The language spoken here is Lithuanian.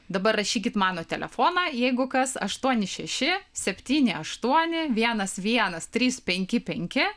dabar rašykit mano telefoną jeigu kas aštuoni šeši septyni aštuoni vienas vienas trys penki penki